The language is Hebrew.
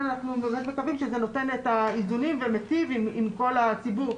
אנחנו מקווים שזה נותן את האיזונים ומיטיב עם כל הציבור,